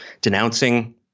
denouncing